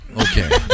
okay